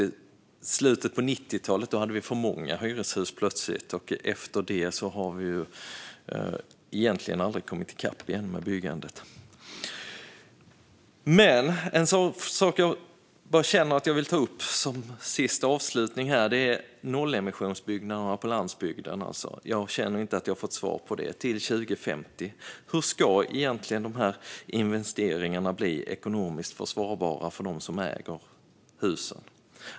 I slutet på 90-talet hade vi plötsligt för många hyreshus, och därefter har vi egentligen aldrig kommit i kapp med byggandet. En sak jag vill ta upp som avslutning är nollemissionsbyggnaderna på landsbygden till 2050, för jag känner inte att jag har fått svar på det. Hur ska egentligen de här investeringarna bli ekonomiskt försvarbara för dem som äger husen?